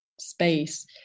space